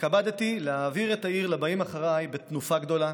התכבדתי להעביר את העיר לבאים אחריי בתנופה גדולה